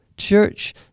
Church